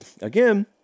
again